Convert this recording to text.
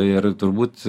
ir turbūt